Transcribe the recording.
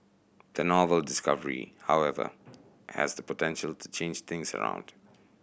the novel discovery however has the potential to change things around